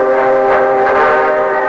or